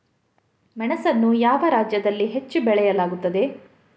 ಮೆಣಸನ್ನು ಯಾವ ರಾಜ್ಯದಲ್ಲಿ ಹೆಚ್ಚು ಬೆಳೆಯಲಾಗುತ್ತದೆ?